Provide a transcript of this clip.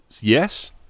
Yes